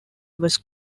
was